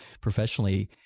professionally